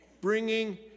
bringing